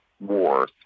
war